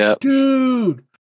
Dude